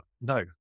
No